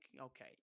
okay